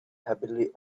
happily